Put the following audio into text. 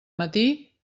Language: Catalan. matí